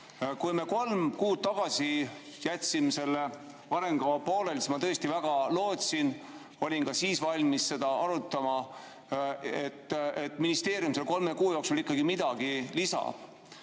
Kui me kolm kuud tagasi jätsime selle arengukava pooleli, siis ma tõesti väga lootsin – olin ka siis valmis seda arutama –, et ministeerium selle kolme kuu jooksul ikkagi midagi lisab.